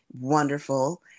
wonderful